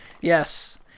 yes